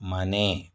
ಮನೆ